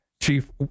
Chief